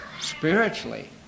spiritually